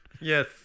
Yes